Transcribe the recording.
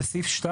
בסעיף 2